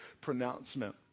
pronouncement